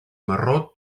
marró